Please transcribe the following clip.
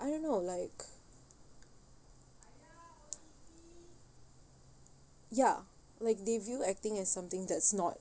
I don't know like ya like they view acting as something that's not